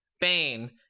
Bane